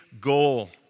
goal